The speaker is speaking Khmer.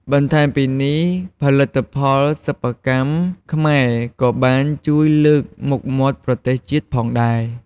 បន្ថែមពីនេះ ផលិតផលសិប្បកម្មខ្មែរក៏បានជួយលើកមុខមាត់ប្រទេសជាតិផងដែរ។